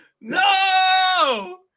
No